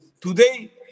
today